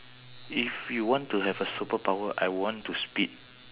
if you want to have a superpower I want to speed